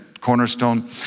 Cornerstone